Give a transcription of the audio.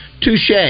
Touche